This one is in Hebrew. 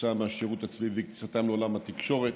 כתוצאה מהשירות הצבאי וכניסתם לעולם התקשורת.